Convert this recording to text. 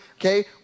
okay